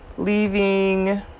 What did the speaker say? leaving